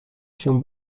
się